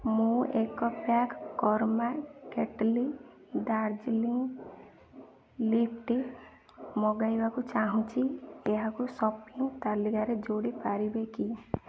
ମୁଁ ଏକ pack Karma kettle Darjeeling leaf tea ମଗାଇବାକୁ ଚାହୁଁଛି ଏହାକୁ ସପିଂ ତାଲିକାରେ ଯୋଡ଼ି ପାରିବେ କି